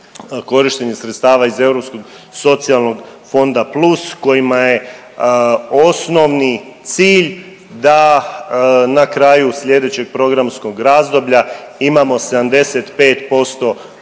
socijalnog fonda plus kojima je osnovni cilj da na kraju slijedećeg programskog razdoblja imamo 75%